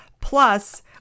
Plus